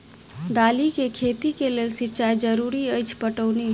दालि केँ खेती केँ लेल सिंचाई जरूरी अछि पटौनी?